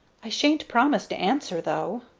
i sha'n't promise to answer, though.